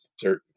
certain